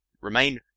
remain